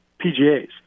PGA's